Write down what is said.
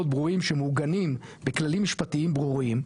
ברורים שמעוגנים בכללים משפטיים ברורים,